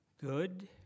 Good